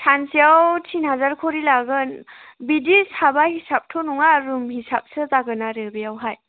सानसेयाव तिन हाजार करि लागोन बिदि साबा हिसाबथ' नङा रुम हिसाबसो जागोन आरो बेयावहाय